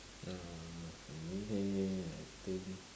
uh for me leh I think